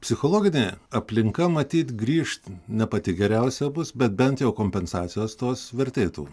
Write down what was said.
psichologinė aplinka matyt grįžt ne pati geriausia bus bet bent jau kompensacijos tos vertėtų